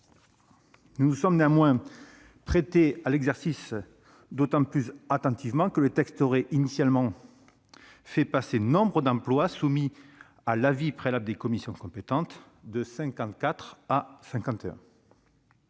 Nous nous sommes néanmoins prêtés à l'exercice d'autant plus attentivement que le texte aurait initialement fait passer le nombre d'emplois soumis à l'avis préalable des commissions compétentes de 54 à 51.